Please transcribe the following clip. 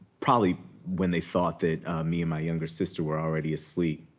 probably when they thought that me and my younger sister were already asleep.